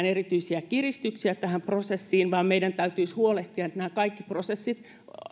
erityisiä kiristyksiä tähän prosessiin vaan meidän täytyisi huolehtia siitä että kaikki prosessit